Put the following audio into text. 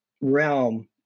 realm